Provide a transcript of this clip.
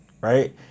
right